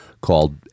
called